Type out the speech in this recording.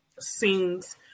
scenes